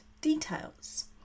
details